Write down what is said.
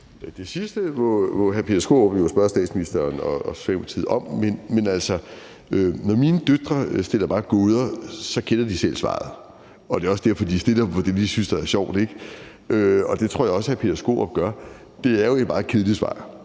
Det sidste må hr. Peter Skaarup jo spørge statsministeren og Socialdemokratiet om. Men altså, når mine døtre stiller mig gåder, kender de selv svaret – det er også derfor, de stiller dem; det er det, de synes er sjovt. Og det tror jeg også hr. Peter Skaarup gør. Det er jo et meget kedeligt svar,